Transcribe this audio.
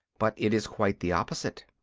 but it is quite the opposite.